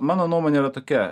mano nuomonė yra tokia